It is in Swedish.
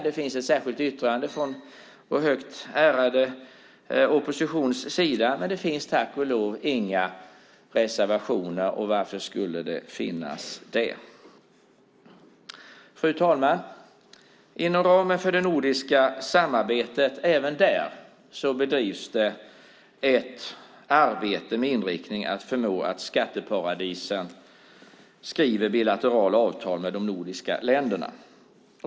Det finns ett särskilt yttrande från vår högt ärade oppositions sida, men det finns tack och lov inga reservationer. Varför skulle det finnas det? Fru talman! Inom ramen för det nordiska samarbetet bedrivs även där ett arbete med inriktning att förmå skatteparadisen att skriva bilaterala avtal med de nordiska länderna.